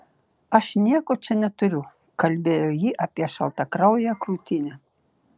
aš nieko čia neturiu kalbėjo ji apie šaltakrauję krūtinę